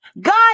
god